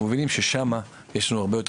אנחנו מבינים ששם יש לנו הרבה יותר